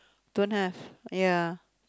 don't have ya